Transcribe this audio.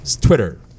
Twitter